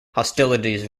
hostilities